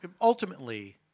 ultimately